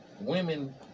women